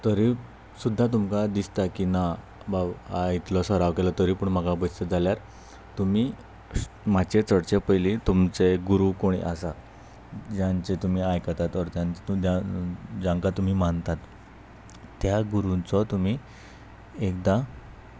तरी सुद्दां तुमकां दिसता की ना बाब इतलो सराव केलो तरी पूण म्हाका भंय दिसता जाल्यार तुमी मातशे चडचे पयलीं तुमचे गुरू कोण आसा ज्यांचे तुमी आयकतात ओर जांकां तुमी मानतात त्या गुरूंचो तुमी एकदां